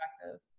perspective